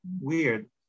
weird